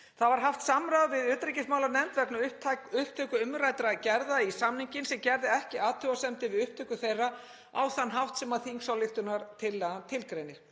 Þá var haft samráð við utanríkismálanefnd vegna upptöku umræddra gerða í samninginn, sem gerði ekki athugasemdir við upptöku þeirra á þann hátt sem þingsályktunartillagan tilgreinir.